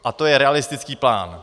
A to je realistický plán.